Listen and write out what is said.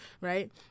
Right